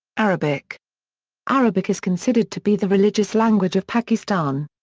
arabic arabic is considered to be the religious language of pakistan.